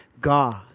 God